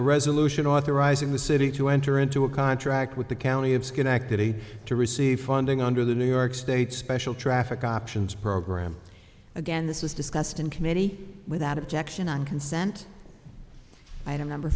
resolution authorizing the city to enter into a contract with the county of schenectady to receive funding under the new york state special traffic options program again this was discussed in committee without objection on consent item number